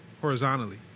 horizontally